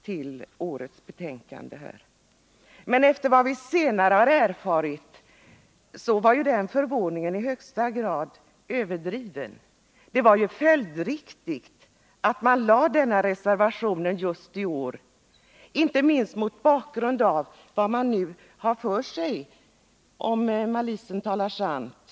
Men mot bakgrund av vad vi senare har erfarit har vår förvåning minskat. Med tanke på vad man nu har för sig i ekonomidepartementet, om malisen talar sant. är denna reservation följdriktig.